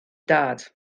dad